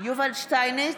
יובל שטייניץ,